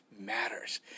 Matters